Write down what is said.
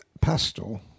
pastel